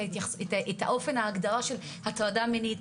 את אופן ההגדרה של הטרדה מינית,